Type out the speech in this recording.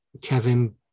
Kevin